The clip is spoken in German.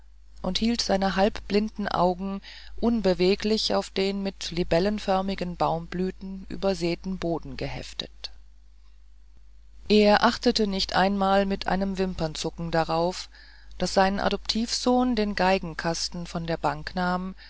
und hielt seine halbblinden augen unbeweglich auf den mit libellenförmigen baumblüten übersäten boden geheftet er achtete nicht einmal mit einem wimpernzucken darauf daß sein adoptivsohn den geigenkasten von der bank nahm